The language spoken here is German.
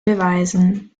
beweisen